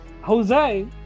Jose